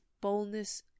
boldness